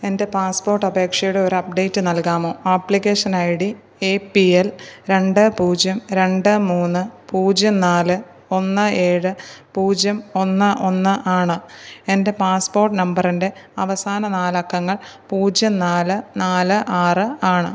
എൻ്റെ പാസ്പോട്ടപേക്ഷയുടെ ഒരു അപ്ഡേറ്റ് നൽകാമോ application I D A P L രണ്ട് പൂജ്യം രണ്ട് മൂന്ന് പൂജ്യം നാല് ഒന്ന് ഏഴ് പൂജ്യം ഒന്ന് ഒന്ന് ആണ് എൻ്റെ പാസ്പോർട്ട് നമ്പറിൻ്റെ അവസാന നാലക്കങ്ങൾ പൂജ്യം നാല് നാല് ആറ് ആണ്